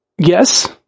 yes